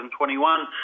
2021